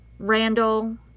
Randall